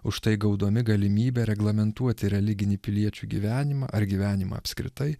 už tai gaudami galimybę reglamentuoti religinį piliečių gyvenimą ar gyvenimą apskritai